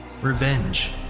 revenge